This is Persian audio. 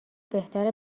بهتره